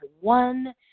one